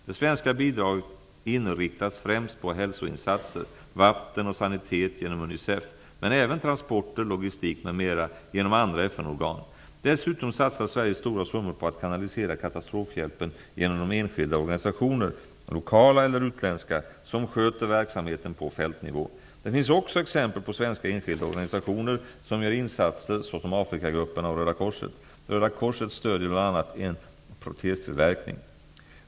Det svenska bidraget inriktas främst på hälsoinsatser, vatten och sanitet genom Unicef, men även på transporter, logistik m.m. genom andra FN-organ. Dessutom satsar Sverige stora summor på att kanalisera katastrofhjälpen genom de enskilda organisationer -- lokala eller utländska -- som sköter verksamheten på fältnivå. Det finns också exempel på svenska enskilda organisationer, som gör insatser såsom Afrikagrupperna och Röda korset. Röda korset stödjer bl.a. en protestillverkning.